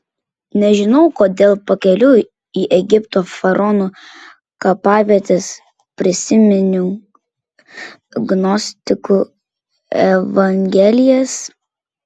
nežinau kodėl pakeliui į egipto faraonų kapavietes prisiminiau gnostikų evangelijas